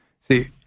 See